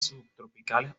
subtropicales